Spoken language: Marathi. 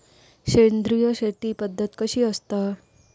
सेंद्रिय शेती पद्धत कशी असता?